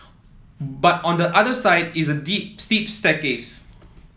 but on the other side is a deep steep staircase